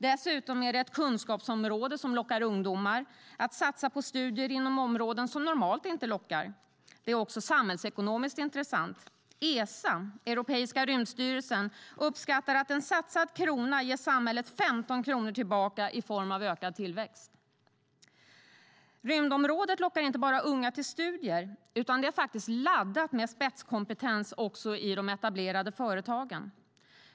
Dessutom är det ett kunskapsområde som lockar ungdomar att satsa på studier inom områden som normalt inte lockar. Den är också samhällsekonomiskt intressant - Esa, Europeiska rymdstyrelsen, uppskattar att en satsad krona ger samhället 15 kronor tillbaka i form av ökad tillväxt. Rymdområdet lockar inte bara unga till studier, utan det är laddat med spetskompetens också i de etablerade företagen.